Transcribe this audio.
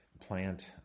plant